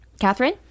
Catherine